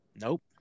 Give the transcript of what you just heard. Nope